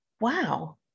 Wow